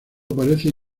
aparece